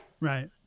Right